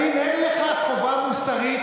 האם אין לך חובה מוסרית,